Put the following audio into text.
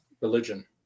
religion